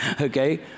okay